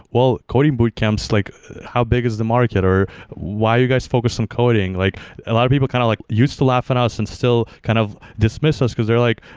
well, coding boot camps, like how big is the market, or why you guys focus on coding? like a lot of people kind of like used to laugh at us and still kind of dismiss us because they're like,